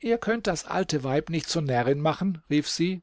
ihr könnt das alte weib nicht zur närrin machen rief sie